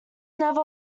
never